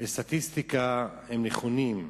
לסטטיסטיקה נכונים,